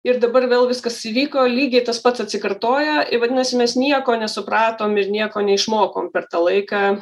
ir dabar vėl viskas įvyko lygiai tas pats atsikartoja vadinasi mes nieko nesupratom ir nieko neišmokom per tą laiką